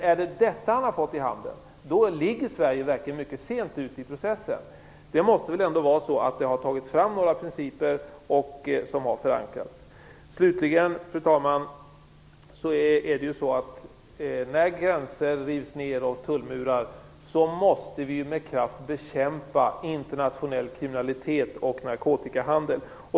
Är det detta som han har fått i handen, är Sverige verkligen sent ute i processen. Det måste väl ha tagits fram några förankrade principer. Slutligen, fru talman, måste vi när gränser och tullmurar rivs ned, med kraft bekämpa internationell kriminalitet och narkotikahandel.